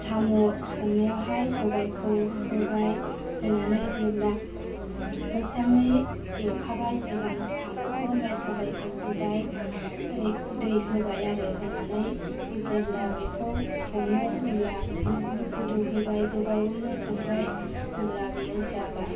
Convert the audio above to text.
साम' संनायावहाय सबायखौ होबाय होनानै जेब्ला मोजाङै एवखाबाय सिगां साम'खौ आमफ्राय सबाय होबाय आमफ्राय दै होबाय आरो होनानै जेब्ला बेखौ सङो होमब्ला ग्लुब ग्लुब गोदौहोबाय गोबावयैनो संबाय होमब्ला बियो जाबाय